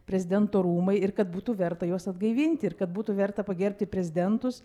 prezidento rūmai ir kad būtų verta juos atgaivinti ir kad būtų verta pagerbti prezidentus